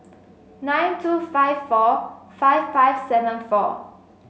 nine two five four five five seven four